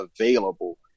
available